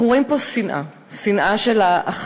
אנחנו רואים פה שנאה, שנאה של האחר,